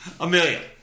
Amelia